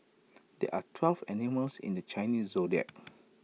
there are twelve animals in the Chinese Zodiac